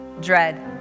dread